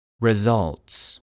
Results